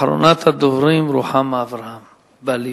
אחרונת הדוברים, רוחמה אברהם-בלילא.